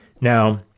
Now